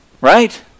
Right